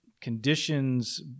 conditions